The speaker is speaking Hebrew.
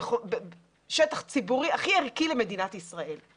שטח ציבורי הכי ערכי למדינת ישראל.